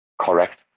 Correct